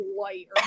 light